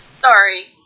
Sorry